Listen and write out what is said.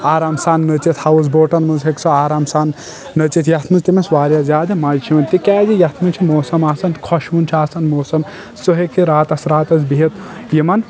آرام سان نٔژتھ ہاوس بوٹن منٚز ہیٚکہِ سُہ آرام سان نٔژتھ یتھ منٛز تٔمِس واریاہ زیادٕ مزٕ چھُ یِوان تِکیازِ یتھ منٛز چھِ موسم آسان خۄشوُن چھُ آسان موسم سُہ ہیٚکہِ راتس راتس بِہتھ یِمن